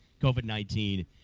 COVID-19